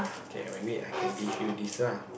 K maybe I can give you this lah